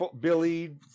Billy